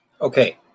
Okay